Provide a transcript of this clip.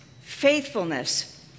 faithfulness